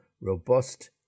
robust